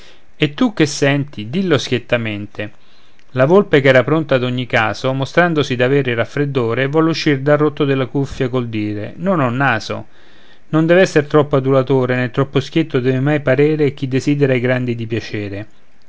e tu che senti dillo schiettamente la volpe ch'era pronta ad ogni caso mostrandosi d'avere il raffreddore volle uscire dal rotto della cuffia col dire non ho naso non dev'essere troppo adulatore né troppo schietto deve mai parere chi desidera ai grandi di piacere